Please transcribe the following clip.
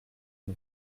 une